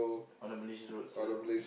on the Malaysia roads lah